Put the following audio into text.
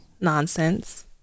nonsense